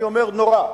אני אומר: נורא,